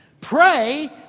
Pray